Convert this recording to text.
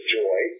joy